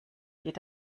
geht